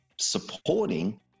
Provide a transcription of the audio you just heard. supporting